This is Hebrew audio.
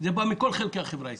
זה בא מכל חלקי החברה הישראלית.